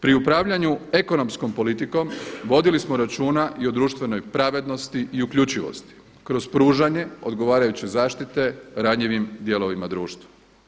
Pri upravljanju ekonomskom politikom vodili smo računa i o društvenoj pravednost i uključivosti kroz pružanje odgovarajuće zaštite ranjivim dijelovima društva.